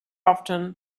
often